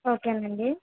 okay అండి